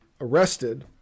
arrested